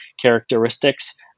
characteristics